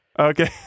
okay